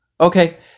Okay